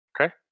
Okay